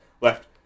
left